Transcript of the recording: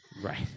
Right